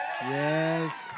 yes